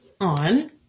on